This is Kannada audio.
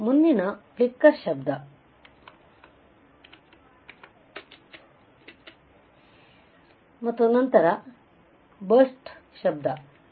ಮುಂದಿನದು ಫ್ಲಿಕ್ಕರ್ ಶಬ್ದ ಮತ್ತು ನಂತರ ಸ್ಫೋಟದ ಶಬ್ದವನ್ನುburst noise